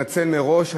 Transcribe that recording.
אני באמת מתנצל מראש.